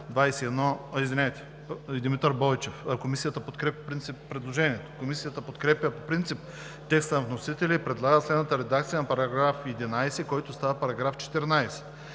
Комисията подкрепя по принцип текста на вносителя и предлага следната редакция за § 6, който става § 7: „§ 7.